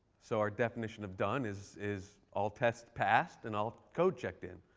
so our definition of done is is all tests passed and all code checked in.